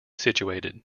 situated